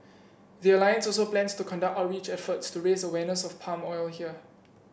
the alliance also plans to conduct outreach efforts to raise awareness of palm oil here